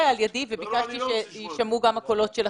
על ידי וביקשתי שיישמעו גם הקולות שלכם,